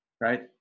right